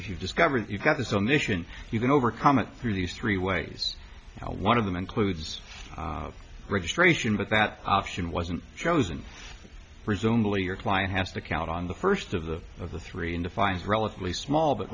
if you discover that you've got this on mission you can overcome it through these three ways one of them includes registration but that option wasn't chosen presumably your client has to count on the first of the of the three and a final relatively small but